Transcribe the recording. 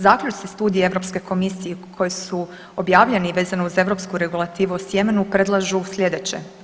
Zaključci studije Europske komisije koji su objavljeni vezano uz europsku regulativu o sjemenu predlažu slijedeće.